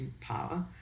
power